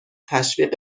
تشویق